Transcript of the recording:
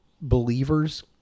believers